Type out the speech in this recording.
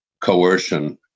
coercion